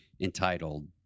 entitled